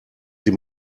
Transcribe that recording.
sie